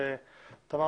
את הנושא הזה.